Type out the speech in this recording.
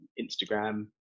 Instagram